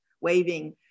waving